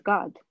God